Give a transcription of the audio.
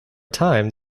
time